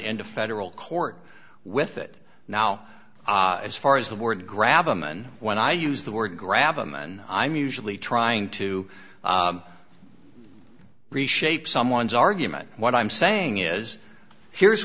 into federal court with it now as far as the board grab them and when i use the word grab them and i'm usually trying to reshape someone's argument what i'm saying is here's